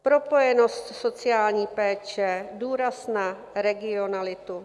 Propojenost sociální péče, důraz na regionalitu.